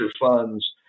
funds